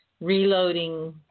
reloading